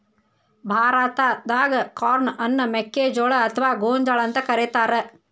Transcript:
ಭಾರತಾದಾಗ ಕಾರ್ನ್ ಅನ್ನ ಮೆಕ್ಕಿಜೋಳ ಅತ್ವಾ ಗೋಂಜಾಳ ಅಂತ ಕರೇತಾರ